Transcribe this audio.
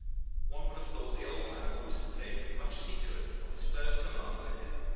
one would have thought the old man wanted to take as much as he could of his first command with him.